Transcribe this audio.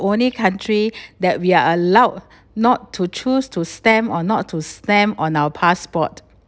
only country that we are allowed not to choose to stamp or not to stamp on our passport